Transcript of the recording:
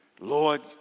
Lord